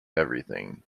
everything